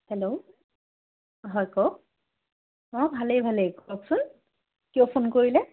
hello হয় কওক অঁ ভালেই ভালেই কওকচোন কিয় ফোন কৰিলে